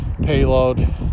payload